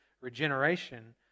Regeneration